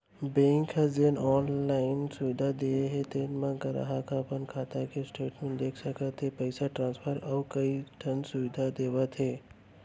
bank ह जेन online सुबिधा दिये हे तेन म गराहक ह अपन खाता के स्टेटमेंट देख सकत हे, पइसा ट्रांसफर अउ कइ ठन सुबिधा देवत हे